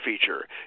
feature